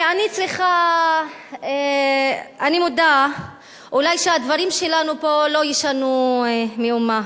אני מודה שאולי הדברים שלנו פה לא ישנו מאומה.